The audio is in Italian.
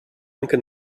anche